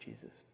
Jesus